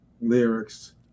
lyrics